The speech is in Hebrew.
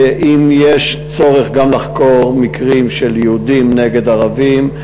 אם יש צורך גם לחקור מקרים של יהודים נגד ערבים,